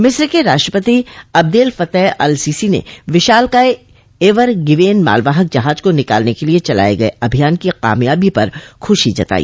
मिस्र के राष्ट्रपति अब्देल फत्तह अल सीसी ने विशालकाय एवर गिवेन मालवाहक जहाज को निकालने के लिए चलाए गए अभियान की कामयाबी पर ख्रशी जताई